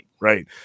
right